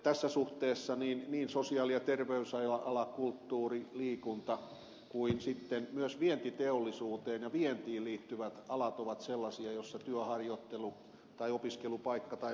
tässä suhteessa niin sosiaali ja terveysala kulttuuri liikunta kuin sitten myös vientiteollisuuteen ja vientiin liittyvät alat ovat sellaisia joissa työharjoittelu tai opiskelupaikka tai muu on tärkeä